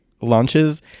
launches